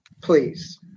please